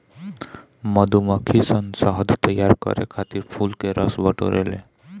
मधुमक्खी सन शहद तैयार करे खातिर फूल के रस बटोरे ले